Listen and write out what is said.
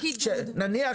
נניח,